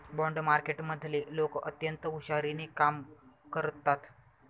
bond मार्केटमधले लोक अत्यंत हुशारीने कामं करतात